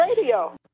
radio